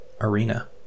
arena